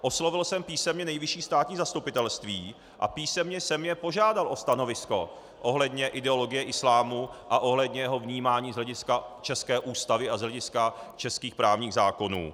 Oslovil jsem písemně Nejvyšší státní zastupitelství a písemně jsem je požádat o stanovisko ohledně ideologie islámu a ohledně jeho vnímání z hlediska české Ústavy a z hlediska českých právních zákonů.